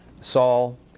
Saul